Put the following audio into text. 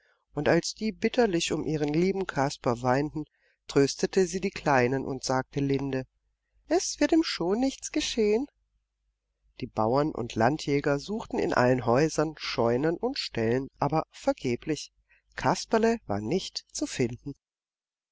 und als die bitterlich um ihren lieben kasper weinten tröstete sie die kleinen und sagte linde es wird ihm schon nichts geschehen die bauern und landjäger suchten in allen häusern scheunen und ställen aber vergeblich kasperle war nicht zu finden